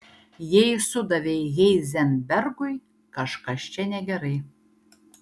jei sudavei heizenbergui kažkas čia negerai